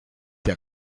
der